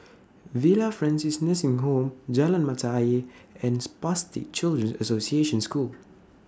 Villa Francis Nursing Home Jalan Mata Ayer and Spastic Children's Association School